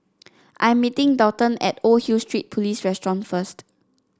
I am meeting Daulton at Old Hill Street Police restaurant first